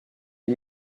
die